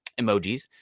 emojis